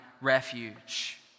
refuge